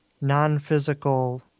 non-physical